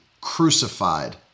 crucified